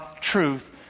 truth